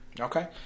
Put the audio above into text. Okay